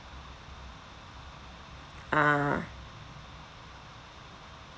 ah